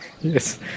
Yes